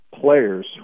players